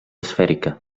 esfèrica